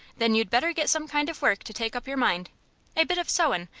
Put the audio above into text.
then you'd better get some kind of work to take up your mind a bit of sewin',